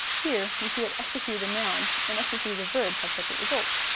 here we see that ecstasy is a noun and ecstasy as a verb have separate results.